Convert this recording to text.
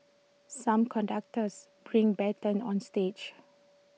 some conductors bring batons on stage